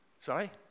Sorry